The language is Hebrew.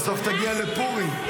בסוף תגיע לפורים.